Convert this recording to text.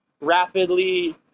rapidly